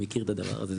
אני מכיר את הדבר הזה.